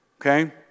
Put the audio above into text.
Okay